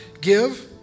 give